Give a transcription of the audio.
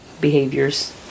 behaviors